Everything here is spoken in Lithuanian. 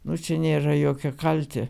nu čia nėra jokio kalti